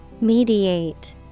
Mediate